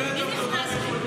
לא הבנתי, מי נכנס במקומך?